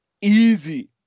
easy